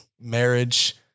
marriage